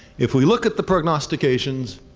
if we look at the prognostications,